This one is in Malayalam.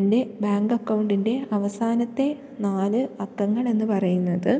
എൻ്റെ ബാങ്ക് അക്കൗണ്ടിൻ്റെ അവസാനത്തെ നാല് അക്കങ്ങൾ എന്ന് പറയുന്നത്